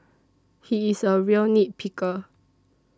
he is a real nit picker